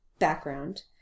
background